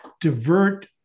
divert